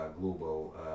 global